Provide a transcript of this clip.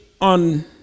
on